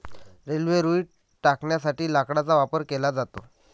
railway रुळ टाकण्यासाठी लाकडाचा वापर केला जातो